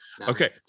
Okay